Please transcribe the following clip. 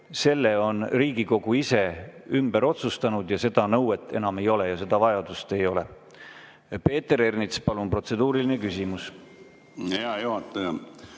Selle on Riigikogu ise ümber otsustanud ja seda nõuet enam ei ole, seda vajadust ei ole. Peeter Ernits, palun, protseduuriline küsimus!